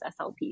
SLPs